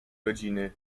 rodziny